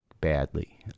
badly